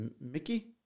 Mickey